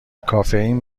کافئین